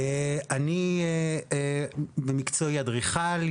אני במקצועי אדריכל,